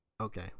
Okay